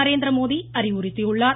நரேந்திரமோடி அறிவுறுத்தியுள்ளார்